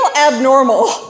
abnormal